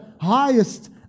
highest